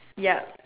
ya